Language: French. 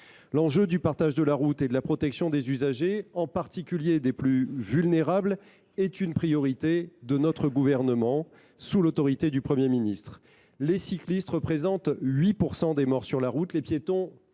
L’enjeu du partage de la route et de la protection des usagers, en particulier des plus vulnérables, est une priorité que le Gouvernement a faite sienne, sous l’autorité du Premier ministre. Les cyclistes représentent 8 % des morts sur la route, les piétons